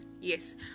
Yes